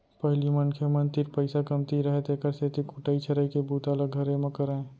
पहिली मनखे मन तीर पइसा कमती रहय तेकर सेती कुटई छरई के बूता ल घरे म करयँ